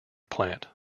plant